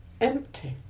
empty